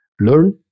Learn